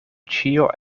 ĉio